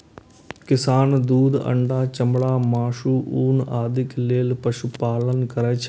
किसान दूध, अंडा, चमड़ा, मासु, ऊन आदिक लेल पशुपालन करै छै